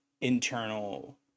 internal